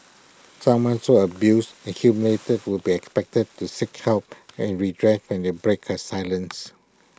someone so abused and humiliated would be expected to seek help and redress when they breaks her silence